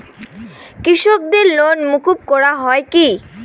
কৃষকদের লোন মুকুব করা হয় কি?